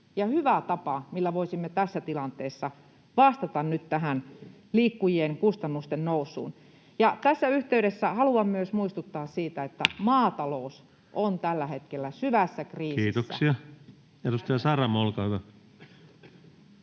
hyvä tapa, millä voisimme tässä tilanteessa vastata nyt tähän liikkujien kustannusten nousuun. Tässä yhteydessä haluan myös muistuttaa siitä, että maatalous on tällä hetkellä syvässä kriisissä. [Leena Meri: Hätätilassa!]